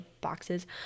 boxes